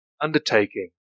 undertaking